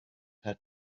had